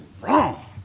wrong